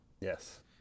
Yes